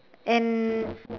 and